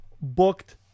booked